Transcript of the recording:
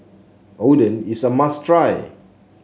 oden is a must try